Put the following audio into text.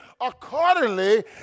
accordingly